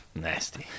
Nasty